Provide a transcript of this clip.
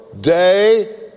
day